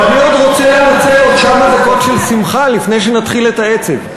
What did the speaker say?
ואני רוצה לנצל עוד כמה דקות של שמחה לפני שנתחיל את העצב.